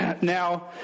Now